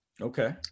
Okay